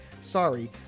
Sorry